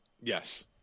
Yes